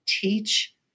teach